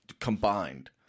combined